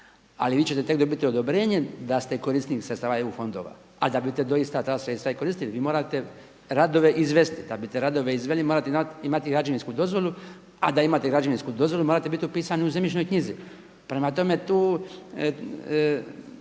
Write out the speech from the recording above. ali vi ćete tek dobiti odobrenje da ste korisnik sredstava EU fondova. A da biste doista ta sredstva i koristili vi morate radove izvesti, da bi te radove izveli morate imati građevinsku dozvolu, a da imate građevinsku dozvolu morate biti u pisani u zemljišnoj knjizi. Prema tome tu,